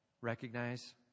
Recognize